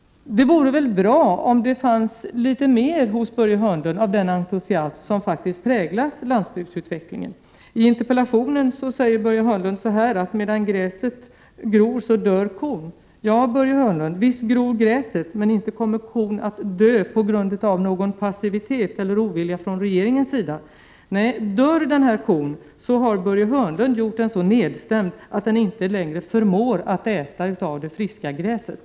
Det vore bra om det fanns litet mer hos Börje Hörnlund av den entusiasm som faktiskt präglat landsbygdsutvecklingen. I interpellationen säger Börje Hörnlund: ”Medan gräset gror dör kon”. Ja, Börje Hörnlund, visst gror gräset, men inte kommer kon att dö på grund av passivitet eller ovilja från regeringens sida. Nej, dör kon så är det därför att Börje Hörnlund har gjort den så nedstämd att den inte längre förmår att äta av det friska gräset.